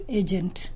agent